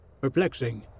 perplexing